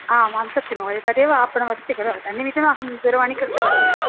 आम् आं सत्यं महोदय तदेव आपणमस्ति खलु तन्निमितम् अहं दूरवाणीं कृतवती